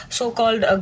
so-called